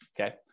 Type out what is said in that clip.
okay